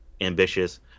ambitious